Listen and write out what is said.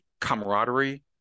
camaraderie